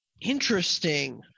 Interesting